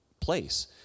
place